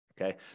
Okay